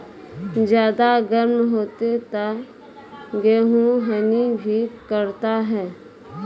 ज्यादा गर्म होते ता गेहूँ हनी भी करता है?